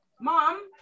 Mom